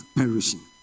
perishing